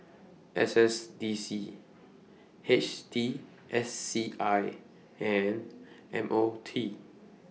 S S D C H T S C I and M O T